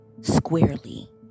squarely